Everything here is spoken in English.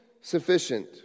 sufficient